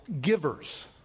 givers